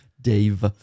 dave